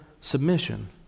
submission